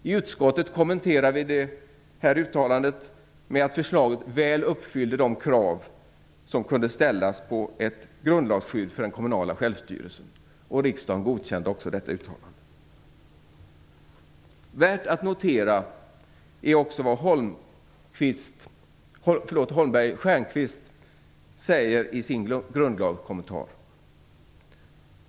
I utskottet kommenterade vi detta uttalande med att förslaget väl uppfyllde de krav som kunde ställas på ett grundlagsskydd för den kommunala självstyrelsen, och riksdagen godkände också detta uttalande. Värt att notera är också vad Holmberg-Stjernquist säger i sin grundlagskommentar.